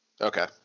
Okay